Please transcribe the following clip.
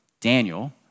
Daniel